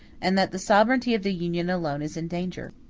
and that the sovereignty of the union alone is in danger.